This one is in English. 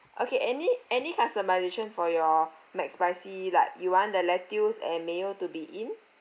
okay any any customisation for your mcspicy like you want the lettuce and mayo~ to be in